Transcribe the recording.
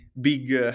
big